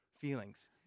feelings